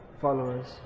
followers